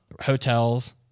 hotels